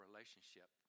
relationship